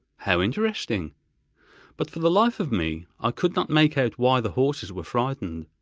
how interesting but for the life of me i could not make out why the horses were frightened.